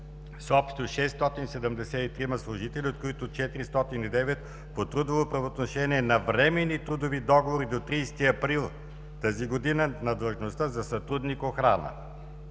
общо 673 служители, от които 409 по трудово правоотношение на временни трудови договори до 30 април тази година на длъжността за „сътрудник охрана“.